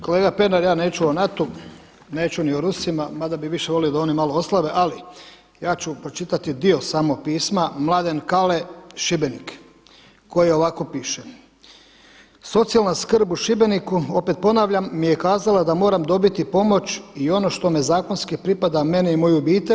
Kolega Pernar ja neću o NATO-u, neću ni o Rusima mada bi više volio da oni malo oslabe, ali ja ću pročitati dio samo pisma Mladen Kale Šibenik koji ovako piše „Socijalna skrb u Šibeniku opet ponavljam mi je kazala da moram dobiti pomoć i ono što me zakonski pripada mene i moju obitelj.